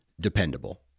dependable